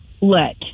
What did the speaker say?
let